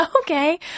okay